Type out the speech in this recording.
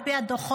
על פי הדוחות,